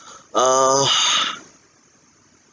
uh